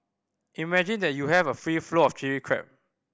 imagine that you have a free flow of Chilli Crab